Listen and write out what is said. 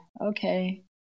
Okay